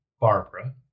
Barbara